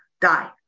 die